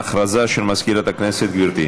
הודעה של מזכירת הכנסת.